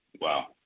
Wow